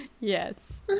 Yes